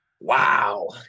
Wow